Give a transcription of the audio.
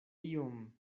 iom